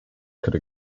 could